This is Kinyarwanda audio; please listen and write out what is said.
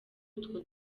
utwo